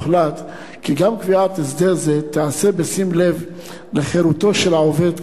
הוחלט כי גם קביעת הסדר זה תיעשה בשים לב לחירותו של העובד,